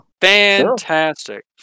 Fantastic